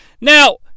Now